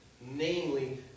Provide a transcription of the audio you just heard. Namely